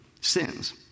sins